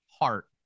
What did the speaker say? heart